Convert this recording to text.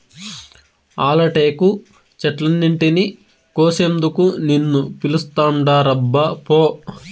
ఆల టేకు చెట్లన్నింటినీ కోసేందుకు నిన్ను పిలుస్తాండారబ్బా పో